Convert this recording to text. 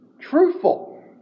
truthful